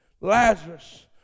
Lazarus